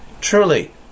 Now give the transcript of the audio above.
Truly